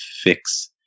fix